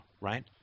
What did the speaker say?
right